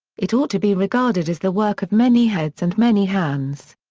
it ought to be regarded as the work of many heads and many hands.